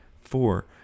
four